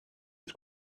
his